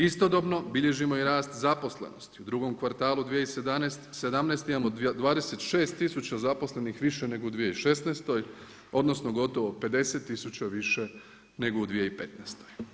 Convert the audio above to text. Istodobno bilježimo i rast zaposlenosti u drugom kvartalu 2017. ima 26 tisuća zaposlenih više nego u 2016., odnosno gotovo 50 tisuća više nego u 2015.